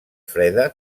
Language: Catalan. freda